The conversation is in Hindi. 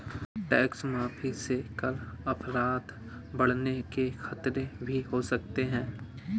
टैक्स माफी से कर अपराध बढ़ने के खतरे भी हो सकते हैं